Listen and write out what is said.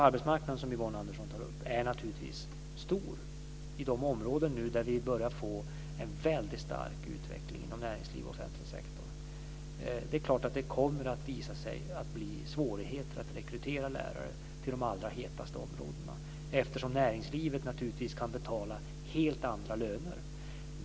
Andersson tar upp, är naturligtvis stor i de områden där vi nu börjar få en väldigt stark utveckling inom näringsliv och offentlig sektor. Det är klart att det kommer att visa sig bli svårigheter att rekrytera lärare till de allra hetaste områdena, eftersom näringslivet naturligtvis kan betala helt andra löner.